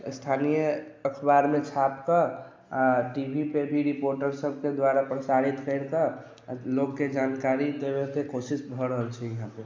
स्थानीय अखबारमे छापि कऽ आ टी वी पर भी रिपोर्टरसभके द्वारा प्रसारित करि कऽ लोकके जानकारी देबयके कोशिश भऽ रहल छै यहाँ पे